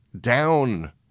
down